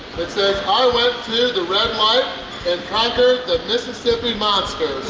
it says, i went to the red light and conquered the mississipi monster!